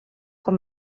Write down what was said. com